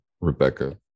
Rebecca